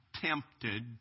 tempted